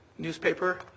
newspaper